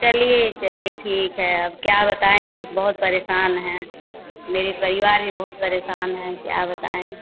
चलिए चलिए ठीक है अब क्या बताएँ बस बहुत परेशान हैं मेरे परिवार भी बहुत परेशान हैं क्या बताएँ